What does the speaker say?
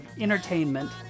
entertainment